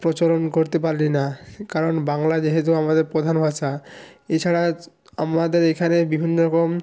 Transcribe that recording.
প্রচলন করতে পারি না কারণ বাংলা যেহেতু আমাদের প্রধান ভাষা এছাড়া আমাদের এখানে বিভিন্ন রকম